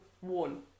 one